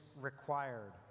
required